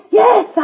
yes